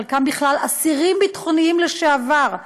חלקם בכלל אסירים ביטחוניים לשעבר,